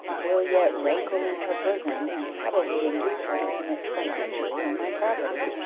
will yet rankle in her bosom, and probably induce her to commit some injury on my property,